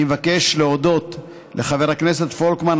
אני מבקש להודות לחבר הכנסת פולקמן.